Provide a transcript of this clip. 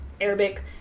Arabic